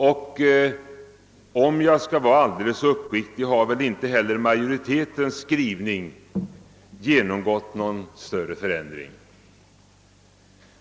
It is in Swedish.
Skall jag vara alldeles uppriktig har väl inte heller majoritetens skrivning ändrats i någon större utsträckning.